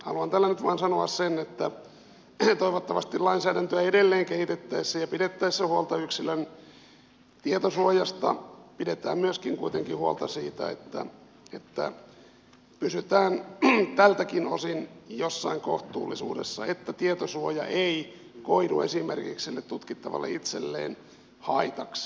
haluan tällä nyt vain sanoa sen että toivottavasti lainsäädäntöä edelleen kehitettäessä ja pidettäessä huolta yksilön tietosuojasta pidetään myöskin kuitenkin huolta siitä että pysytään tältäkin osin jossain kohtuullisuudessa ja että tietosuoja ei koidu esimerkiksi nyt tutkittavalle itselleen haitaksi